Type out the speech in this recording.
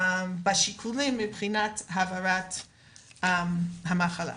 בשיקולים מבחינת העברת המחלה.